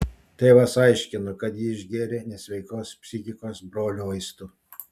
tėvas aiškino kad ji išgėrė nesveikos psichikos brolio vaistų